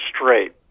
straight